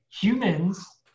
humans